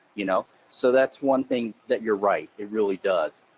you know so that's one thing that you're right, it really does.